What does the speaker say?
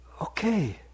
Okay